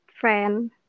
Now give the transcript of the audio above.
friend